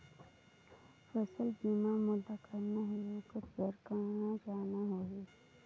फसल बीमा मोला करना हे ओकर बार कहा जाना होही?